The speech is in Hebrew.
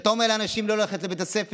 כשאתה אומר לאנשים לא ללכת לבית הספר,